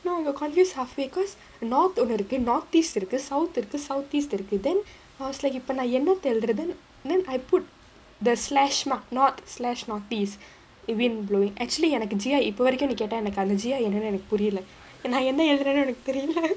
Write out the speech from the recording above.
no got confused halfway cause north ஒன்னு இருக்கு:onnu irukku northeast இருக்கு:irukku south இருக்கு:irukku southeast இருக்கு:irukku then I was like இப்ப நா என்னத்த எழுதுறது:ippa naa ennattha eluthurathu then I put the slash mark not slash northeast wind blowing actually எனக்கு:enakku G I இப்ப வரைக்கு நீ கேட்டா எனக்கு:ippa varaikku nee kaettaa enakku G I என்னனு புரியல நா என்ன எழுதுறனு எனக்கு தெரில:ennanu puriyala naa enna eluthuranu enakku therila